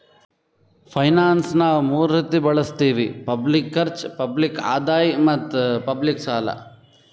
finance ನಾವ್ ಮೂರ್ ರೀತಿ ಮಾಡತ್ತಿವಿ ಪಬ್ಲಿಕ್ ಖರ್ಚ್, ಪಬ್ಲಿಕ್ ಆದಾಯ್ ಮತ್ತ್ ಪಬ್ಲಿಕ್ ಸಾಲ